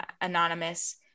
anonymous